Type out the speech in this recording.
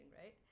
right